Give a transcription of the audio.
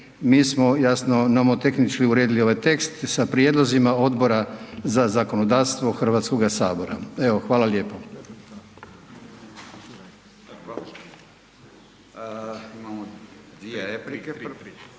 mi smo jasno nomotehnički uredili ovaj tekst sa prijedlozima Odbora za zakonodavstvo HS. Evo, hvala lijepo.